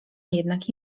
jednak